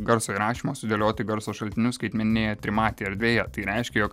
garso įrašymo sudėlioti garso šaltinius skaitmeninėje trimatėje erdvė tai reiškia jog